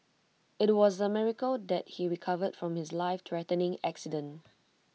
IT was A miracle that he recovered from his lifethreatening accident